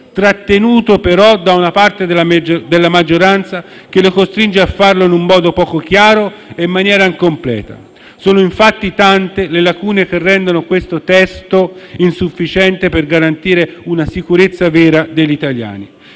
trattenuto però da una parte della maggioranza, che lo costringe a farlo in un modo poco chiaro e in maniera incompleta. Sono infatti tante le lacune che rendono questo testo insufficiente per garantire una sicurezza vera degli italiani.